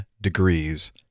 degrees